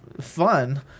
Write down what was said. fun